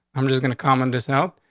i'm just gonna comment this out,